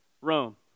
Rome